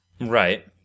Right